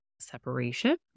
separation